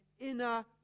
inner